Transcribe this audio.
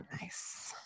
Nice